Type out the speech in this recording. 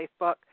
Facebook